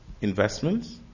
investments